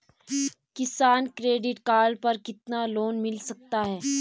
किसान credit card पर कितना लोंन मिल सकता है?